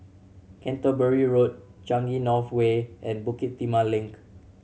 Canterbury Road Changi North Way and Bukit Timah Link